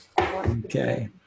Okay